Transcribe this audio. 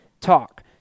talk